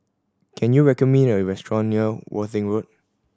can you recommend me a restaurant near Worthing Road